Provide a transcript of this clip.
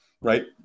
Right